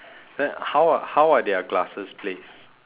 then how are how are their glasses placed